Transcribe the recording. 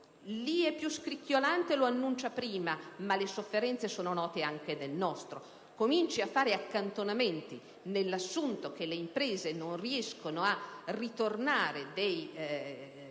lì è più scricchiolante, e quindi lo si annuncia prima, ma le sofferenze sono note anche nel nostro - cominci a fare accantonamenti nell'assunto che le imprese non riescono a ritornare dei